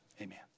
amen